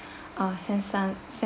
uh send some s~